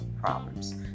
problems